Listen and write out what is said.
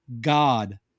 God